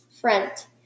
front